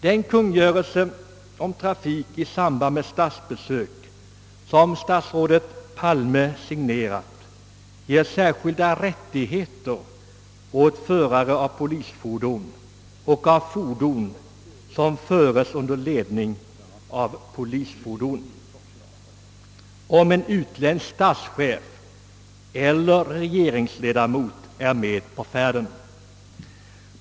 Den kungörelse om trafik i samband med statsbesök, som statsrådet Palme har signerat, ger särskilda rättigheter åt förare av polisfordon och av fordon som föres under ledning av polisfordon, om en utländsk statschef eller regeringsledamot är med på färden.